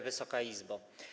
Wysoka Izbo!